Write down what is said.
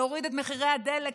להוריד את מחירי הדלק,